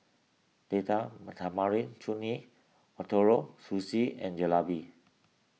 Data Tamarind Chutney Ootoro Sushi and Jalebi